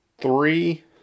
three